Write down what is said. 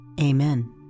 Amen